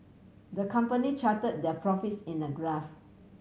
the company charted their profits in a graph